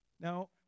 Now